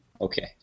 Okay